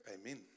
amen